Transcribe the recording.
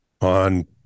On